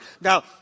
Now